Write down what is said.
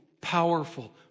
powerful